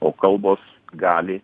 o kalbos gali